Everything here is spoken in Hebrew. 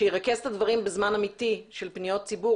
שירכז את הדברים בזמן אמיתי של פניות ציבור